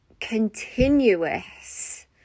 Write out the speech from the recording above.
continuous